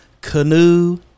Canoe